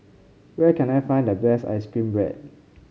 where can I find the best ice cream bread